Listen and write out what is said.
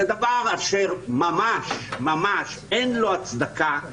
זה דבר אשר ממש אין לו הצדקה.